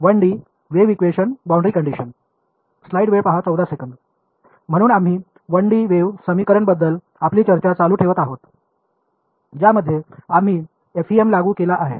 म्हणून आम्ही 1 D wave समीकरण बद्दल आपली चर्चा चालू ठेवत आहोत ज्यामध्ये आम्ही एफईएम लागू केला आहे